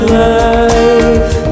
life